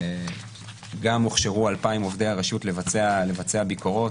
גם הוכשרו 2,000 עובדי הרשות לבצע ביקורות.